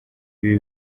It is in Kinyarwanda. ibi